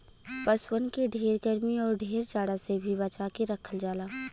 पसुअन के ढेर गरमी आउर ढेर जाड़ा से भी बचा के रखल जाला